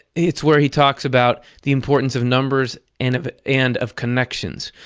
it's where he talks about the importance of numbers and of and of connections.